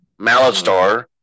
Malastar